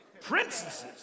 Princesses